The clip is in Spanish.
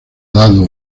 dado